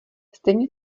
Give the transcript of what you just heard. stejně